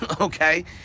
Okay